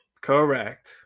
Correct